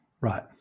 Right